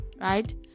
right